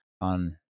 on